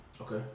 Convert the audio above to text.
Okay